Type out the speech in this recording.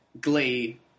Glee